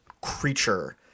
creature